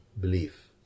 belief